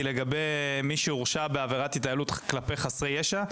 לגבי מי שהורשע בעבירת התעללות כלפי חסרי ישע.